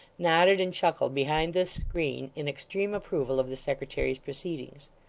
nodded and chuckled behind this screen in extreme approval of the secretary's proceedings.